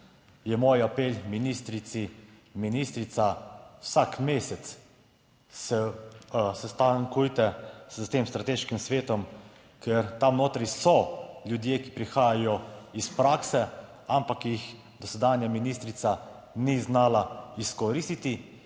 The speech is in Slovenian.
je moj apel ministrici: ministrica, vsak mesec se sestankujete s tem strateškim svetom, ker tam notri so ljudje, ki prihajajo iz prakse, ampak jih dosedanja ministrica ni znala izkoristiti.